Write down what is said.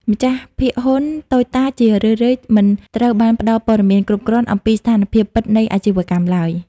ម្ចាស់ភាគហ៊ុនតូចតាចជារឿយៗមិនត្រូវបានផ្ដល់ព័ត៌មានគ្រប់គ្រាន់ អំពីស្ថានភាពពិតនៃអាជីវកម្មឡើយ។